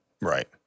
Right